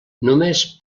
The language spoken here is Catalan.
només